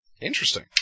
Interesting